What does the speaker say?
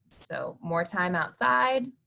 so more time outside,